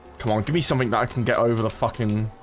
come on give me something that i can get over the fucking